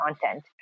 content